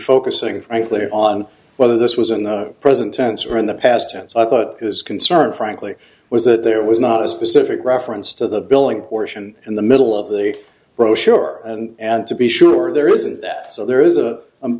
focusing frankly on whether this was in the present tense or in the past tense i thought his concern frankly was that there was not a specific reference to the billing portion in the middle of the brochure and and to be sure there isn't that so there is a